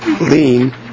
lean